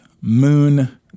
moon